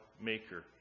Maker